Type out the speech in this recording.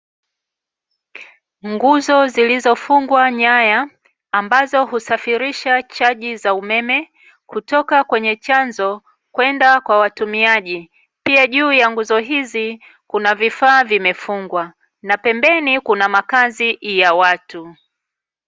Nguzo zilizofungwa nyaya ambazo husafirisha chaji za umeme kutoka kwenye chanzo kwenda kwa watumiaji. Pia juu ya nguzo hizi kuna vifaa vimefungwa na pembeni kuna makazi ya watu.